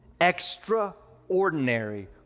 extraordinary